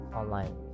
online